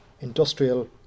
industrial